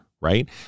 right